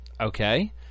okay